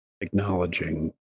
acknowledging